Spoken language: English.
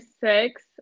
six